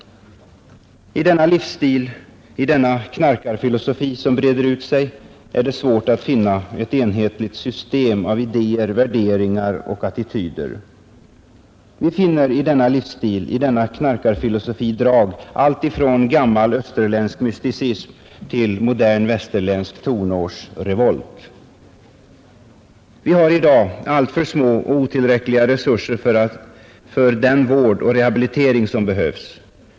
I denna livsstil, i denna knarkarfilosofi som breder ut sig, är det svårt att finna ett enhetligt system av värderingar, idéer och attityder. Vi finner i denna livsstil, i denna knarkarfilosofi, drag alltifrån gammal österländsk mysticism till modern västerländsk tonårsrevolt. Vi har i dag alltför små och otillräckliga resurser för den vård och rehabilitering som behövs.